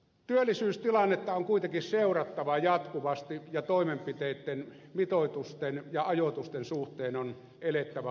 työllisyystilannetta on kuitenkin seurattava jatkuvasti ja toimenpiteitten mitoitusten ja ajoitusten suhteen on elettävä ajassa